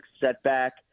setback